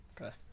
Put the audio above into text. Okay